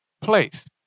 place